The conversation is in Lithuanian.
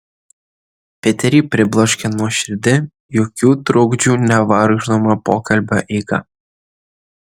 piterį pribloškė nuoširdi jokių trukdžių nevaržoma pokalbio eiga